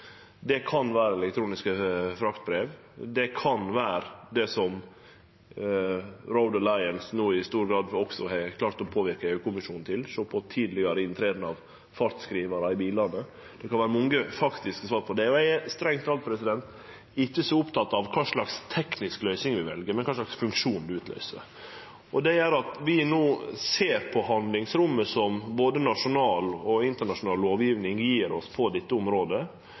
Det kan vere elektroniske fraktbrev, det kan vere det som Road Alliance no i stor grad også har klart å påverke EU-kommisjonen til, å sjå på det å starte tidlegare med fartsskrivarar i bilane – det kan vere mange faktiske svar på det. Eg er strengt teke ikkje så oppteken av kva slags tekniske løysingar vi vel, men av kva slags funksjon det utløyser. Det gjer at vi no ser på det handlingsrommet som både nasjonal og internasjonal lovgjeving gjev oss på dette området.